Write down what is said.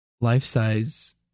life-size